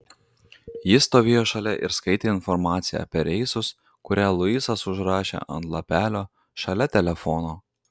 ji stovėjo šalia ir skaitė informaciją apie reisus kurią luisas užrašė ant lapelio šalia telefono